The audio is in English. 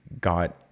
got